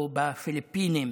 או בפיליפינים